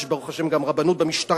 יש ברוך השם גם רבנות במשטרה,